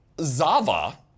Zava